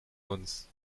uns